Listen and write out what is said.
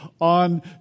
on